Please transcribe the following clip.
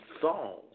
song